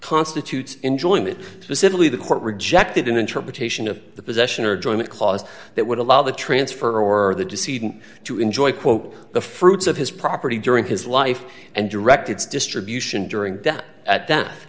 constitutes enjoying it specifically the court rejected an interpretation of the possession or join a clause that would allow the transfer or the deceiving to enjoy quote the fruits of his property during his life and direct its distribution during that at that